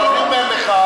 אבל אני אומר לך,